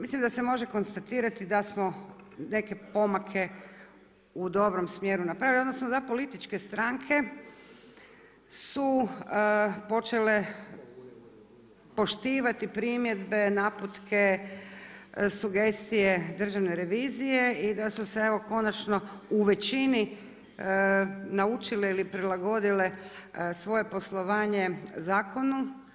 Mislim da se može konstatirati da smo neke pomake u dobrom smjeru napravili, odnosno da političke stranke su počele poštivati primjedbe, naputke, sugestije Državne revizije i da su se evo konačno u većini naučile ili prilagodile svoje poslovanje zakonu.